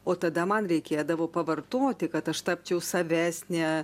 o tada man reikėdavo pavartoti kad aš tapčiau savesnė